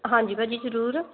ਹਾਂਜੀ ਭਾਅ ਜੀ ਜ਼ਰੂਰ